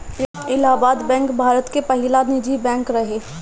Allahabad Bank Bharat के पहिला निजी बैंक रहे